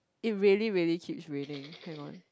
it really really keep raining hang on